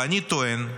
ואני טוען,